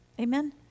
Amen